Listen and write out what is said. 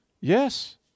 yes